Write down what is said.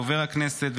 דובר הכנסת,